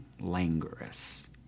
languorous